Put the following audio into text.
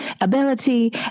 ability